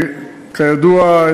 כידוע,